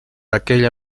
aquella